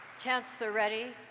chancellor reddy,